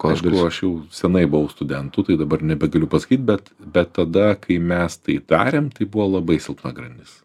aišku aš jau senai buvau studentu tai dabar nebegaliu pasakyt bet bet tada kai mes tai darėm tai buvo labai silpna grandis